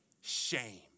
Shame